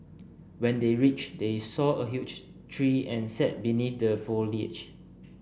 when they reached they saw a huge tree and sat beneath the foliage